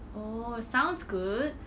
oh sounds good